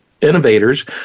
innovators